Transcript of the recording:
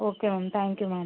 okay ma'am thank you ma'am